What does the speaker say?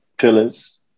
pillars